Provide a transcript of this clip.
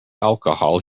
alcohol